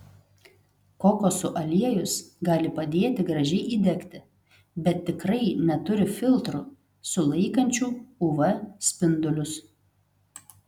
kokosų aliejus gali padėti gražiai įdegti bet tikrai neturi filtrų sulaikančių uv spindulius